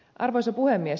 arvoisa puhemies